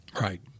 Right